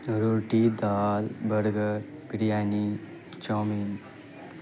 روٹی دال burger biryani chowmein